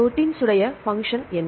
proteins உடைய functions என்ன